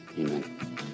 amen